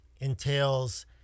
entails